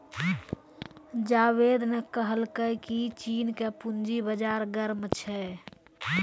जावेद ने कहलकै की चीन के पूंजी बाजार गर्म छै